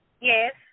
Yes